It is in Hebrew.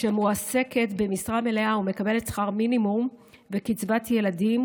שמועסקת במשרה מלאה ומקבלת שכר מינימום וקצבת ילדים,